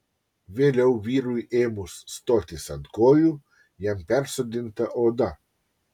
vėliau vyrui ėmus stotis ant kojų jam persodinta oda